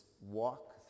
walk